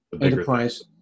enterprise